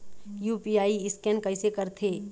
UPI scan कइसे करथे?